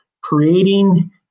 creating